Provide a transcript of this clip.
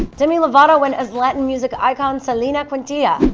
demi lovato went as latin music icon selena quintanilla.